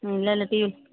ఇళ్ళలో టీవీ